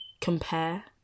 compare